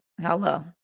Hello